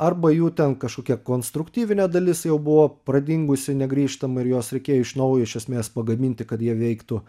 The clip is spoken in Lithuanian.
arba jų ten kažkokia konstruktyvinė dalis jau buvo pradingusi negrįžtamai ir juos reikėjo iš naujo iš esmės pagaminti kad jie veiktų